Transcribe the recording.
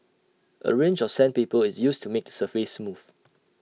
A range of sandpaper is used to make the surface smooth